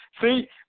See